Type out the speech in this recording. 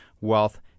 wealth